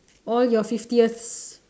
all your fiftieth's